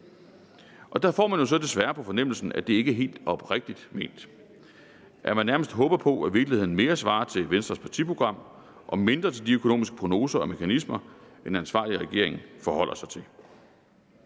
Der får vi jo så desværre på fornemmelsen, at det ikke er helt oprigtigt ment, og at man nærmest håber på, hvad der i virkeligheden svarer mere til Venstres partiprogram og mindre til de økonomiske prognoser og mekanismer, som en ansvarlig regering forholder sig til.